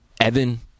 Evan